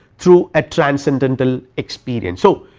through a transcendental experience. so,